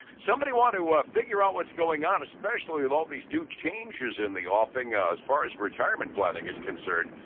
somebody wants to ah figure out what's going on, especially with all these new changes in the offing as far as retirement planning is concerned.